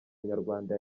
nyarwanda